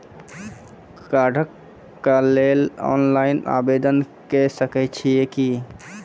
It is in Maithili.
कार्डक लेल ऑनलाइन आवेदन के सकै छियै की?